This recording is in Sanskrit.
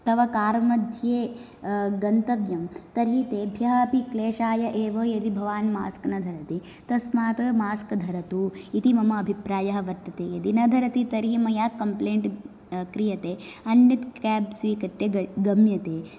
तव कार् मध्ये गन्तव्यं तर्हि तेभ्यः अपि क्लेशाय एव यदि भवान् मास्क् न धरति तस्मात् मास्क् धरतु इति मम अभिप्रायः वर्तते यदि न धरति तर्हि मया कंप्लैन्ट् क्रियते अन्य केब् स्वीकृत्य गम्यते